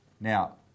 Now